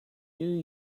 new